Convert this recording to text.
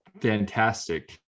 fantastic